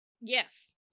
Yes